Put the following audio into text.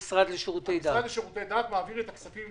אבל את כל השיח התקציבי אני מנהל.